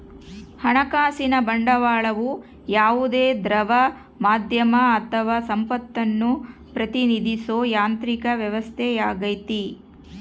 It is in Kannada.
ಹಣಕಾಸಿನ ಬಂಡವಾಳವು ಯಾವುದೇ ದ್ರವ ಮಾಧ್ಯಮ ಅಥವಾ ಸಂಪತ್ತನ್ನು ಪ್ರತಿನಿಧಿಸೋ ಯಾಂತ್ರಿಕ ವ್ಯವಸ್ಥೆಯಾಗೈತಿ